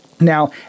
Now